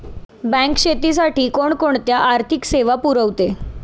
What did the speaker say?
Bank शेतीसाठी कोणकोणत्या आर्थिक सेवा पुरवते?